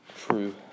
true